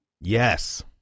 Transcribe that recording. Yes